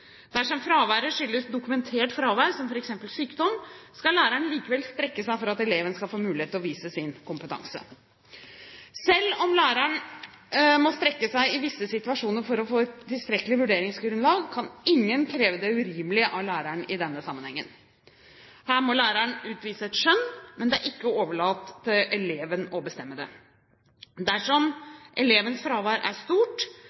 Dersom fraværet skyldes dokumentert fravær, som f.eks. sykdom, skal læreren likevel strekke seg for at eleven skal få mulighet til å vise sin kompetanse. Selv om læreren må strekke seg i visse situasjoner for å få et tilstrekkelig vurderingsgrunnlag, kan ingen kreve det urimelige av læreren i denne sammenheng. Her må læreren utvise et skjønn, men det er ikke overlatt til eleven å bestemme dette. Dersom elevens fravær er stort,